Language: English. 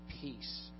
peace